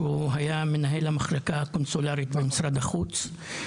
שהיה מנהל המחלקה הקונסולרית במשרד החוץ.